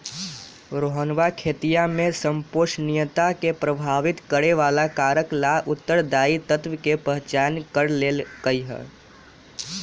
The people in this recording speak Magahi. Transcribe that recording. रोहनवा खेतीया में संपोषणीयता के प्रभावित करे वाला कारक ला उत्तरदायी तत्व के पहचान कर लेल कई है